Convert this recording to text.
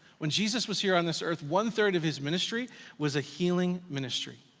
when jesus was here on this earth, one third of his ministry was a healing ministry.